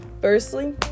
Firstly